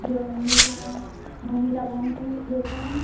ॿियो ममी लाइ ममी लाइ वन पीस ॾेखारियो न